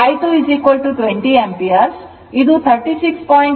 I220 ampere ಇದು 36